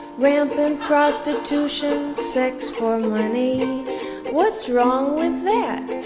rampant prostitution's sex for money what's wrong with that?